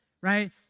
right